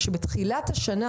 בתחילת השנה,